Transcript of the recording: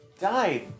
died